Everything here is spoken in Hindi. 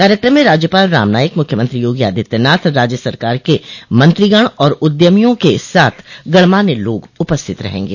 कार्यक्रम में राज्यपाल राम नाईक मुख्यमंत्री योगी आदित्यनाथ राज्य सरकार के मंत्रिगण और उद्यमियों के साथ गणमान्य लाग उपस्थित रहेंगे